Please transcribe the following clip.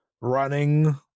running